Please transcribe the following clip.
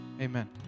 Amen